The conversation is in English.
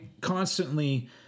constantly